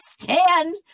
stand